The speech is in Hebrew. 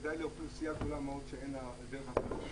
בוודאי לאוכלוסייה גדולה מאוד שאין לה דרך אחרת,